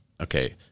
okay